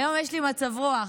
היום יש לי מצב רוח.